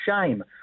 shame